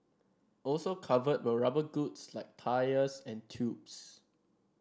also covered were rubber goods like tyres and tubes